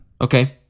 okay